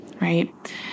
right